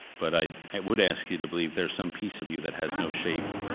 but i would ask you to believe there's some piece of you that has no shape,